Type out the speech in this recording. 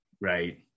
Right